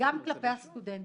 גם כלפי הסטודנטים.